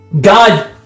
God